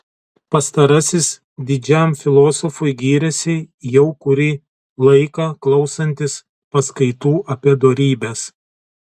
pastarasis didžiam filosofui gyrėsi jau kurį laiką klausantis paskaitų apie dorybes